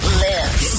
lives